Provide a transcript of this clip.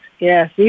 Yes